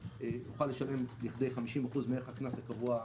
יוכל לשלם עד כדי 50% מערך הקנס הקבוע בחוק.